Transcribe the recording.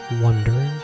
wondering